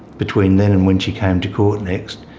between then and when she came to court next,